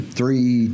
three